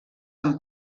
amb